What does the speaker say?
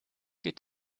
geht